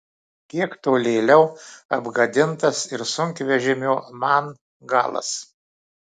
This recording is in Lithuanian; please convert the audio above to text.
kiek tolėliau apgadintas ir sunkvežimio man galas